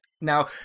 Now